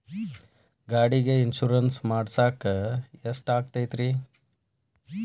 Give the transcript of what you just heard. ಗಾಡಿಗೆ ಇನ್ಶೂರೆನ್ಸ್ ಮಾಡಸಾಕ ಎಷ್ಟಾಗತೈತ್ರಿ?